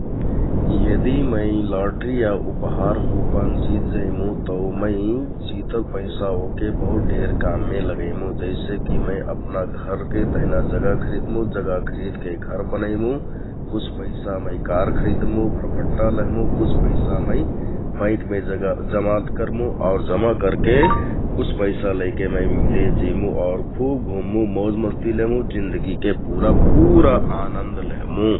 यदि मै लटरि या उपहार कुपन जित जैमु तौ मैं जितल पैंसा वहके बहुत ढेर काममे लगैमु मैं । जैसे की अपना घरके तेहना जगा खरिदमु, जगा खरिदके घर बनैमु, कुछ पैसा मैं कार खरिदमु, भरभट्ट लहमु । कुछ पैसा मैं बैंक मे जगा-जमा कर्मु और जमा करके कुछ पैसा लैके मैं बिदेश जिमु आउर खुब घुम्मु, मोजमस्ती लेहमु, जीन्दगीके पुरा पुरा आनन्द लेहमुँ ।